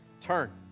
turn